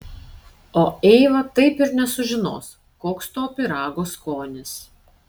o eiva taip ir nesužinos koks to pyrago skonis